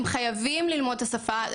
הם חייבים ללמוד את השפה,